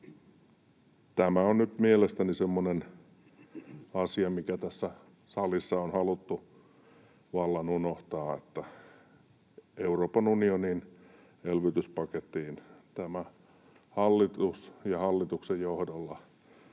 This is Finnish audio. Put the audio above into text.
Tämä on nyt mielestäni semmoinen asia, mikä tässä salissa on haluttu vallan unohtaa, että Euroopan unionin elvytyspakettiin tämä hallitus, ja hallituksen johdolla